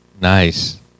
Nice